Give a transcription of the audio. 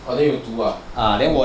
oh 你还有读 ah